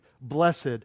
blessed